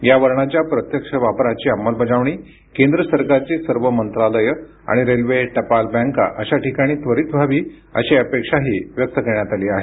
या वर्णाच्या प्रत्यक्ष वापराची अंमलबजावणी केंद्र सरकारची सर्व मंत्रालये आणि रेल्वे टपाल बँका अशा ठिकाणी त्वरित व्हावी अशी अपेक्षाही व्यक्त करण्यात आली आहे